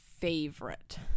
favorite